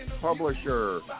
publisher